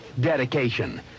dedication